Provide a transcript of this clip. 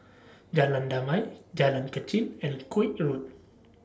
Jalan Damai Jalan Kechil and Koek Road